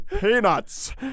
peanuts